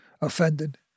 Offended